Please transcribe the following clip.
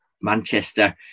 Manchester